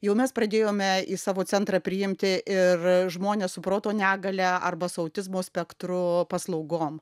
jau mes pradėjome į savo centrą priimti ir žmones su proto negalia arba su autizmo spektru paslaugom